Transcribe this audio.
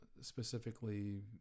specifically